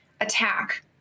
attack